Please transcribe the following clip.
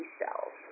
cells